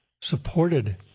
supported